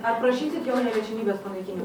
ar prašysit jo neliečiamybės panaikini